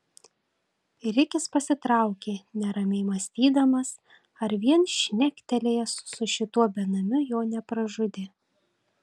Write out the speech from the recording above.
rikis pasitraukė neramiai mąstydamas ar vien šnektelėjęs su šituo benamiu jo nepražudė